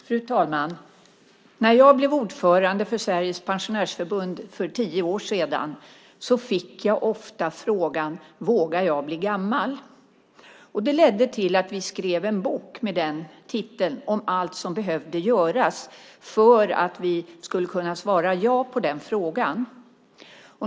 Fru talman! När jag blev ordförande för Sveriges Pensionärsförbund för tio år sedan fick jag ofta frågan: Vågar jag bli gammal? Det ledde till att vi skrev en bok med den titeln om allt som behövde göras för att vi skulle kunna svara ja på den frågan.